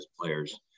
players